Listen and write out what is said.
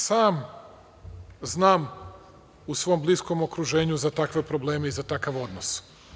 Sam znam u svom okruženju za takve probleme i za takav odnos.